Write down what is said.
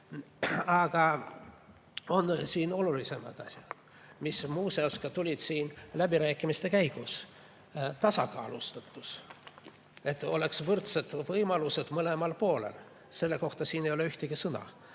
Aga siin on olulisemad asjad, mis muuseas tulid välja ka siin läbirääkimiste käigus. Tasakaalustatus, et oleks võrdsed võimalused mõlemal poolel, selle kohta siin ei ole ühtegi sõna.